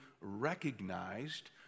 recognized